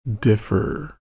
differ